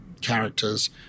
characters